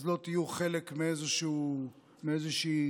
אז לא תהיה חלק מאיזושהי אליטה,